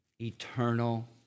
eternal